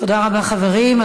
תודה רבה, חברים.